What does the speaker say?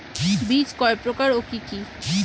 বীজ কয় প্রকার ও কি কি?